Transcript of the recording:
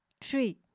tree